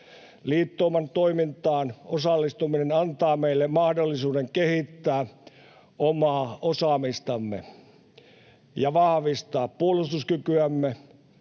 Liittouman toimintaan osallistuminen antaa meille mahdollisuuden kehittää omaa osaamistamme ja vahvistaa puolustuskykyämme.